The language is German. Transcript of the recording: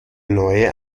neue